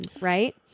right